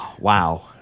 Wow